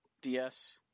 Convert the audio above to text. DS